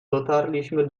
dotarliśmy